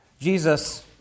Jesus